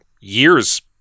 years